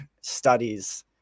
studies